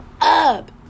up